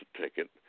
ticket